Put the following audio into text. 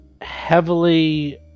heavily